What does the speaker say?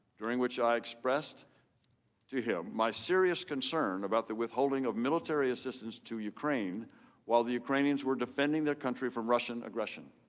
during which i expressed to him my serious concern about the withholding on military assistance to ukraine while the ukrainians were defending their country from russian aggression.